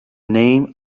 name